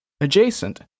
adjacent